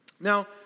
Now